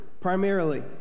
primarily